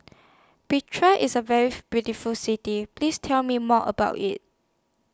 Pretoria IS A very beautiful City Please Tell Me More about IT